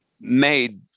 made